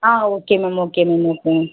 ah okay ma'am okay ma'am okay ma'am